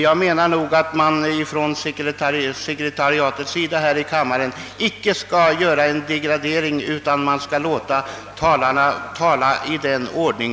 Jag menar att sekretariatet icke skall göra en degradering.